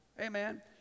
amen